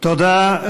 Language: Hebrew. תודה.